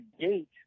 gate